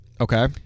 Okay